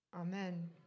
Amen